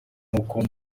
nkuko